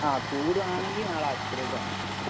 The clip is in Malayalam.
ആ കൂടുകയാണെങ്കിൽ നാളെ ആശുപത്രിയിലോട്ട് വന്നാൽമതി